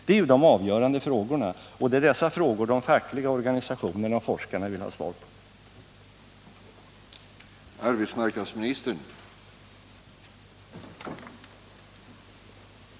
Det är de avgörande frågorna, och det är dessa frågor som de fackliga organisationerna och forskarna vill ha svar på.